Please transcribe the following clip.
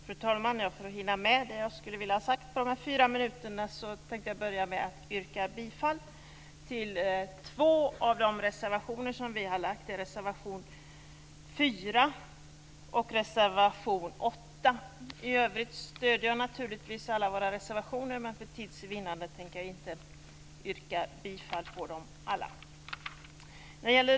Fru talman! Jag tänkte börja med att yrka bifall till två av våra reservationer, nämligen reservation 4 och reservation 8. I övrigt stöder jag naturligtvis alla våra reservationer, men för tids vinnande tänker jag inte yrka bifall till alla.